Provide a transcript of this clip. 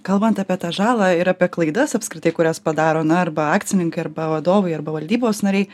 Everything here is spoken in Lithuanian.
kalbant apie tą žalą ir apie klaidas apskritai kurias padaro na arba akcininkai arba vadovai arba valdybos nariai